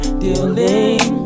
dealing